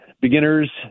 beginners